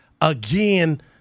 again